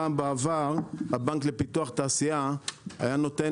פעם בעבר הבנק לפיתוח תעשייה היה נותן